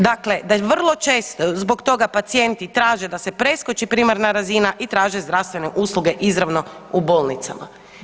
Dakle, da vrlo često zbog toga pacijenti traže da se preskoči primarna razina i traže zdravstvene usluge izravno u bolnicama.